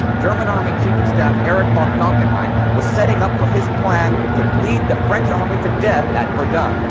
german army chief of staff erich von falkenhayn was setting up for his plan to bleed the french army to death at verdun.